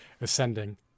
ascending